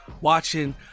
watching